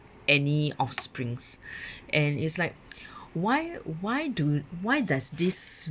any offsprings and it's like why why do why does this